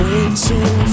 Waiting